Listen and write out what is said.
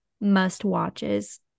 must-watches